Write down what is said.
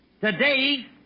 today